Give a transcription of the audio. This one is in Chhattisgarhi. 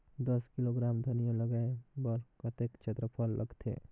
दस किलोग्राम धनिया लगाय बर कतेक क्षेत्रफल लगथे?